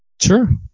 Sure